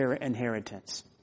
inheritance